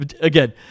again